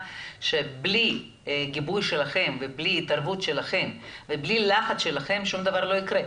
בלי גיבוי שלכם ובלי התערבות שלכם ובלי לחץ שלכם שום דבר לא יקרה.